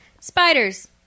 Spiders